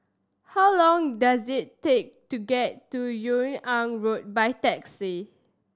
how long does it take to get to Yung An Road by taxi